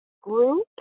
group